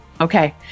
Okay